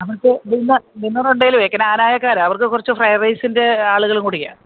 നമുക്ക് dinner dinner ഉണ്ടെങ്കിലുമേ ക്നാനായക്കാരാണ് അവർക്ക് കുറച്ച് ഫ്രൈഡ് റൈസിൻ്റെ ആളുകളും കൂടിയാണ്